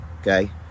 okay